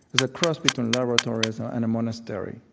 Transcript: as a cross between laboratories and a monastery,